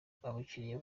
abakiliya